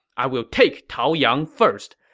i will take taoyang first.